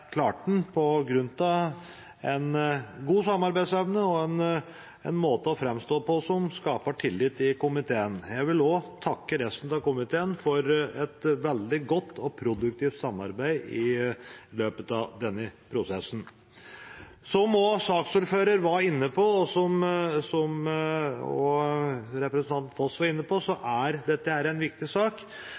en måte å framstå på som skaper tillit i komiteen. Jeg vil også takke resten av komiteen for et veldig godt og produktivt samarbeid i løpet av denne prosessen. Som saksordføreren var inne på, og som også representanten Foss var inne på, er dette en viktig sak.